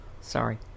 Sorry